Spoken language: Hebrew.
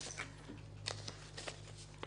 8(3)